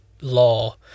law